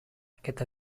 aquest